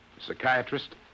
Psychiatrist